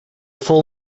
full